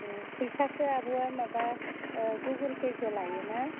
फैसाखौ आब'आ माबा गुगोल पेसो लायोना